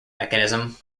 mechanism